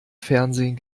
fernsehen